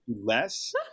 less